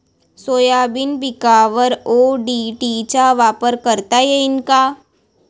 Soybean पिकावर ODT चा वापर करता येईन का?